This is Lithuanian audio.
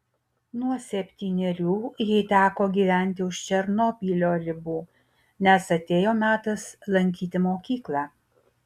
nuo septynerių jai teko gyventi už černobylio ribų nes atėjo metas lankyti mokyklą